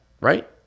Right